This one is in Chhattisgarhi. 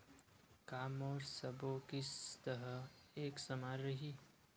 का मोर सबो किस्त ह एक समान रहि?